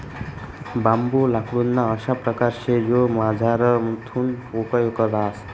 बांबू लाकूडना अशा परकार शे जो मझारथून पोकय रहास